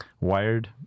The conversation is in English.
wired